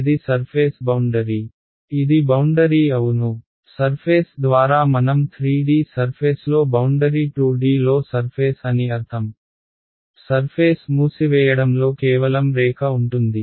ఇది బౌండరీ అవును సర్ఫేస్ ద్వారా మనం 3D సర్ఫేస్లో బౌండరీ 2D లో సర్ఫేస్ అని అర్థం సర్ఫేస్ మూసివేయడంలో కేవలం రేఖ ఉంటుంది